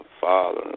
father